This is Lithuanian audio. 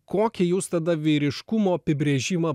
kokį jūs tada vyriškumo apibrėžimą